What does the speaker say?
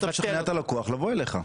לכן אתה משכנע את הלקוח לבוא אליך.